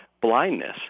blindness